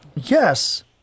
Yes